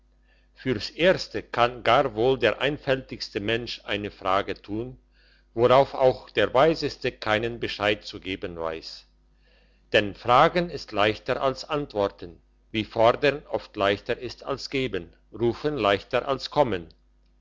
fürs erste kann gar wohl der einfältigste mensch eine frage tun worauf auch der weiseste keinen bescheid zu geben weiss denn fragen ist leichter als antworten wie fordern oft leichter ist als geben rufen leichter als kommen